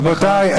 רבותיי,